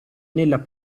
nella